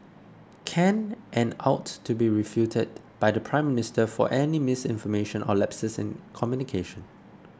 can and ought to be refuted by the Prime Minister for any misinformation or lapses in communication